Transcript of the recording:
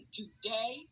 today